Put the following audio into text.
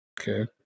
Okay